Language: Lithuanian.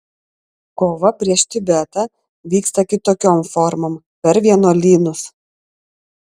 kova prieš tibetą vyksta kitokiom formom per vienuolynus